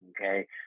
Okay